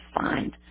find